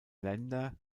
länder